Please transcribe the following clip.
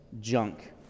junk